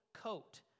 coat